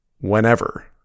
whenever